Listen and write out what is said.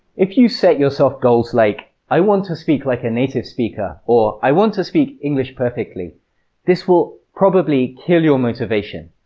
if you set yourself goals like, i want to speak like a native speaker or, i want to speak english perfectly this will kill your motivation.